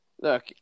look